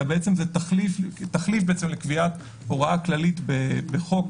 אלא זה תחליף לקביעת הוראה כללית בחוק,